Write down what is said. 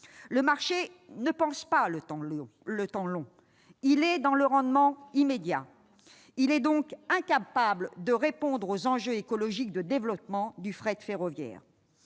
Le marché ne pense pas le temps long, il est dans le rendement immédiat. Il est donc incapable de répondre aux enjeux écologiques de développement du fret ferroviaire.